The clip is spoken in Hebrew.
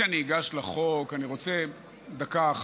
כי הוא יוצא בשליחות הכנסת,